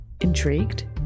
Intrigued